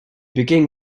begin